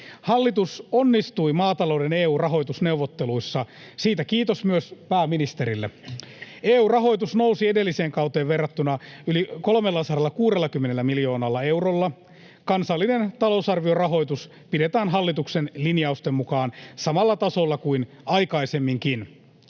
Hallitus onnistui maatalouden EU-rahoitusneuvotteluissa — siitä kiitos myös pääministerille. EU-rahoitus nousi edelliseen kauteen verrattuna yli 360 miljoonalla eurolla. Kansallinen talousarviorahoitus pidetään hallituksen linjausten mukaan samalla tasolla kuin aikaisemminkin.